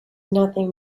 nothing